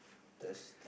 test